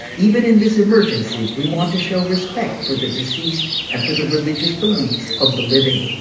and even in this emergency, we want to show respect for the deceased and for the religious beliefs of the living.